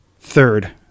Third